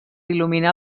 il·luminar